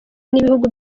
n’ibihugu